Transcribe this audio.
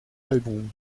álbum